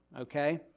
okay